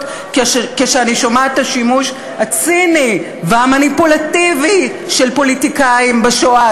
כשאני שומעת את השימוש הציני והמניפולטיבי של פוליטיקאים בשואה.